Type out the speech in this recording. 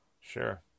Sure